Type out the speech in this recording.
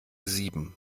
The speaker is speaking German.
sieben